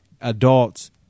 adults